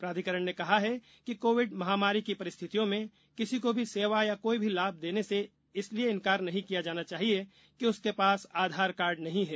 प्राधिकरण ने कहा है कि कोविड महामारी की परिस्थितियों में किसी को भी सेवा या कोई भी लाभ देने से इसलिए इनकार नहीं किया जाना चाहिए कि उसके पास आधार कार्ड नहीं है